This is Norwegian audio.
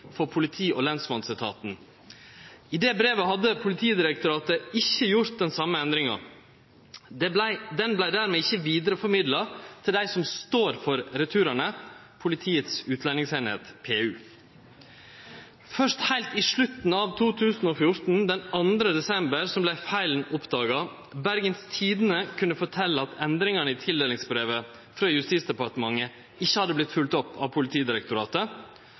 for politi- og lensmannsetaten. I det brevet hadde Politidirektoratet ikkje gjort den same endringa. Ho vart dermed ikkje vidareformidla til dei som står for returane, Politiets utlendingseining – PU. Først heilt i slutten av 2014, den 2. desember, vart feilen oppdaga. Bergens Tidende kunne fortelje at endringane i tildelingsbrevet frå Justisdepartementet ikkje hadde vorte følgde opp av Politidirektoratet.